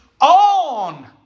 on